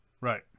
Right